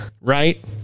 right